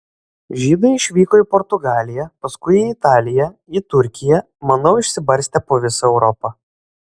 žydai išvyko į portugaliją paskui į italiją į turkiją manau išsibarstė po visą europą